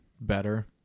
better